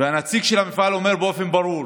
והנציג של המפעל אומר באופן ברור: